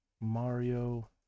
Mario